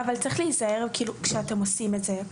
אבל צריך להיזהר כשאתם עושים את זה.